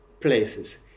places